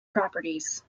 properties